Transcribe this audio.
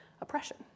oppression